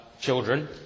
children